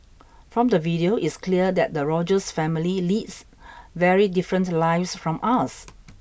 from the video it's clear that the Rogers family leads very different lives from us